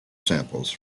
samples